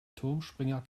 turmspringer